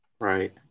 Right